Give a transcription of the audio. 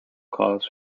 calls